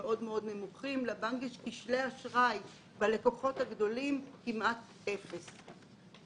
לבנק יש כשלי אשראי בלקוחות הגדולים כמעט אפס.